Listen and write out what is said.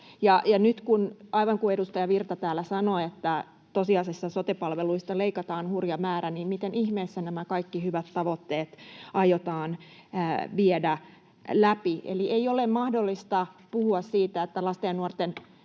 kuten edustaja Virta täällä sanoi, tosiasiassa sote-palveluista leikataan hurja määrä, miten ihmeessä nämä kaikki hyvät tavoitteet aiotaan viedä läpi? Eli ei ole mahdollista puhua siitä, että lasten ja nuorten